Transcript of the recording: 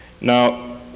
Now